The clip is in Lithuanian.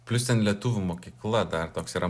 plius ten lietuvių mokykla dar toks yra